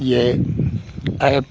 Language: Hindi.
यह एप